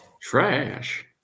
Trash